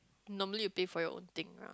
normally will pay for your own thing lah